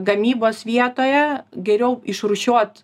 gamybos vietoje geriau išrūšiuot